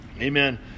Amen